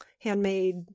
handmade